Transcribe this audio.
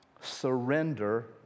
surrender